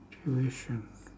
tuition